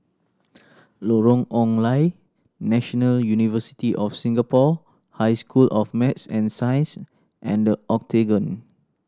Lorong Ong Lye National University of Singapore High School of Math and Science and The Octagon